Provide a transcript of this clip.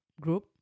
group